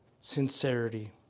sincerity